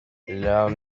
l’homme